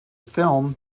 film